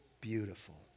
beautiful